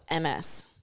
MS